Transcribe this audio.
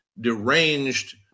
deranged